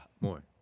more